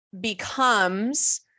becomes